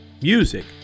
Music